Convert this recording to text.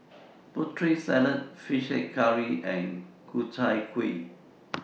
Putri Salad Fish Head Curry and Ku Chai Kuih